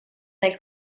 del